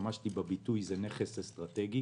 השתמשתי בביטוי שזה נכס אסטרטגי,